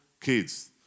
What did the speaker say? kids